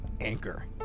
Anchor